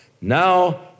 Now